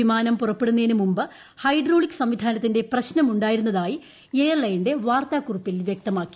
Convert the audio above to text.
വിമാനം പുറപ്പെടുന്നതിനു മുൻപ് ഹൈഡ്രോളിക് സംവിധാനത്തിന്റെ പ്രശ്നമുണ്ടായിരുന്നതായി എയർലൈൻന്റെ വാർത്താക്കുറിപ്പിൽ വ്യക്തമാക്കി